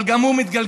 אבל גם הוא מתגלגל.